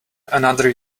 another